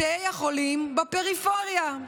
בתי החולים בפריפריה.